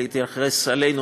להתרחש עלינו,